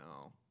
no